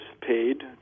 paid